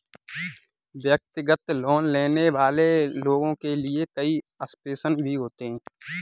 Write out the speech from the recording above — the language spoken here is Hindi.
व्यक्तिगत लोन लेने वाले लोगों के लिये कई आप्शन भी होते हैं